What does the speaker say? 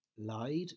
lied